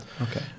Okay